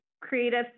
creative